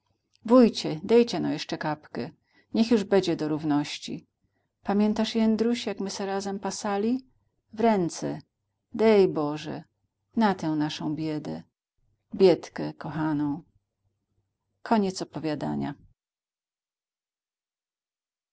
wójcie dejcie no jeszcze kapkę niech już bedzie do równości pamiętasz jędruś jak my se razem pasali w ręce dej boże na tę naszą biedę biedkę kochaną